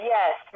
Yes